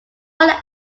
one